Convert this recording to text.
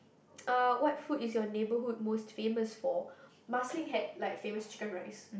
uh what food is your neighbourhood most famous for Marsiling had like famous chicken rice